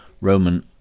roman